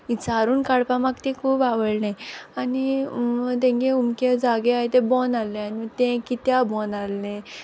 इंचारून काडपा म्हाक तें खूब आवडलें आनी तेंगे उमके जागे आहाय ते बोंद आहले मागी तें कित्या बोंद आहलें